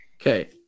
Okay